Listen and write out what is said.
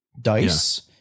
dice